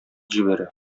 җибәрә